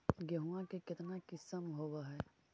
गेहूमा के कितना किसम होबै है?